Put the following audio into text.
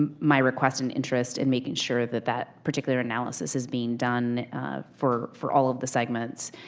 um my request an interest in making sure that that particular analysis is being done for for all the segments,